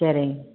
சரிங்க